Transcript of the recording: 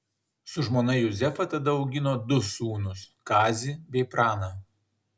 su žmona juzefa tada augino du sūnus kazį bei praną